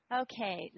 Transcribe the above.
Okay